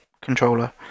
controller